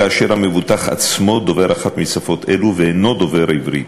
כאשר המבוטח עצמו דובר אחת משפות אלו ואינו דובר עברית.